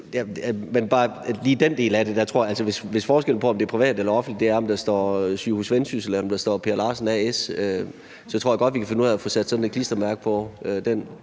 jo uhøfligt ikke at replicere. Hvis forskellen på, om det er privat eller offentligt, er, om der står Sygehus Vendsyssel, eller om der står Per Larsen A/S, så tror jeg godt at vi kan finde ud af at få sat sådan et klistermærke på